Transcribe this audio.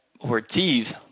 Ortiz